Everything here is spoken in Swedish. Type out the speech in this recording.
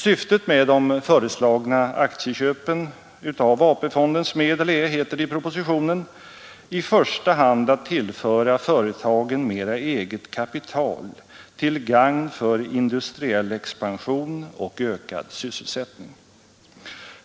Syftet med de föreslagna aktieköpen av AP-fondens medel är, heter det i propositionen, ”i första hand att tillföra företagen mera eget kapital till gagn för industriell expansion och ökad sysselsättning”.